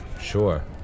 sure